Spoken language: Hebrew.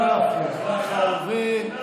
מסכים עם מה שאומר חבר הכנסת סעדי.